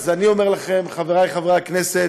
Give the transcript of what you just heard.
אני אומר לכם, חברי חברי הכנסת,